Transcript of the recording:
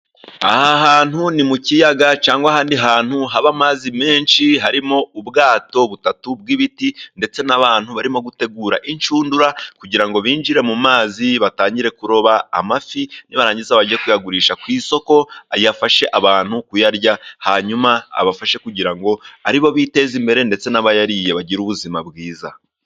Aha hantu ni mu kiyaga cyangwa ahandi hantu haba amazi menshi ,harimo ubwato butatu bw'ibiti ,ndetse n'abantu barimo gutegura inshundura, kugira ngo binjire mu mazi batangire kuroba amafi, nibarangiza bajye kuyagurisha ku isoko ,afashe abantu kuyarya, hanyuma abafashe kugira ngo ari bo biteze imbere, ndetse n'abayariye bagire ubuzima bwiza.